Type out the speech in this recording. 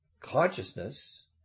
consciousness